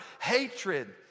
hatred